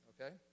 okay